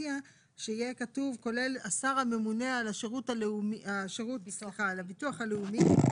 הציע שיהיה כתוב "כולל השר הממונה על הביטוח הלאומי",